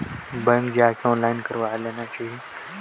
मोर mobile number ल खाता मे बदले बर हे कइसे करव?